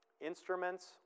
Instruments